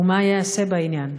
4. מה ייעשה בעניין?